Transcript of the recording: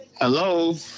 Hello